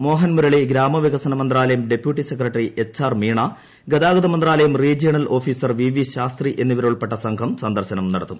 മോഹൻമുരളി ഗ്രാമവികസന മന്ത്രാലയം deputy secretary H R Meena ഗതാഗത മന്ത്രാലയം regional officer V V Shastri എന്നിവരുൾപ്പെട്ട സംഘം സന്ദർശനം നടത്തും